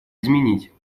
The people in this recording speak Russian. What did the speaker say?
изменить